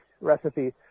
recipe